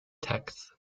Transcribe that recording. texts